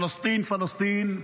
להלן תרגומם: פלסטין פלסטין,